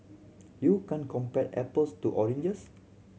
you can't compare apples to oranges